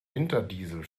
winterdiesel